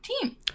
team